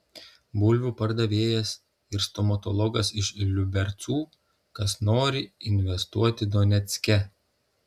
bulvių pardavėjas ir stomatologas iš liubercų kas nori investuoti donecke